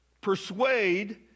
persuade